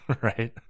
right